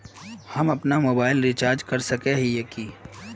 हम अपना mobile recharge कर सकय हिये की?